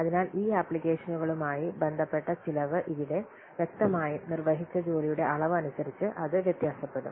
അതിനാൽ ഈ അപ്ലിക്കേഷനുകളുമായി ബന്ധപ്പെട്ട ചെലവ് ഇവിടെ വ്യക്തമായും നിർവഹിച്ച ജോലിയുടെ അളവ് അനുസരിച്ച് അത് വ്യത്യാസപ്പെടും